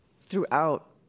throughout